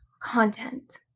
content